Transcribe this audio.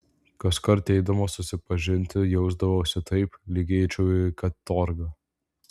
kaskart eidamas susipažinti jausdavausi taip lyg eičiau į katorgą